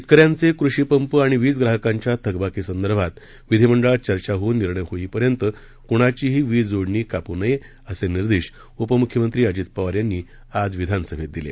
शेतकऱ्यांचे कृषीपंप आणि वीज ग्राहकांच्या थकबाकीसंदर्भात विधीमंडळात चर्चा होऊन निर्णय होईपर्यंत कुणाचीही वीज जोडणी कापू नये असे निर्देश उपमुख्यमंत्री अजित पवार यांनी आज विधानसभेत दिले